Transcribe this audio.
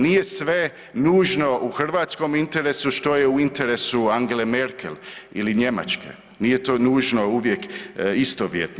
Nije sve nužno u hrvatskom interesu što je u interesu Angele Merkel ili Njemačke, nije to nužno uvijek istovjetno.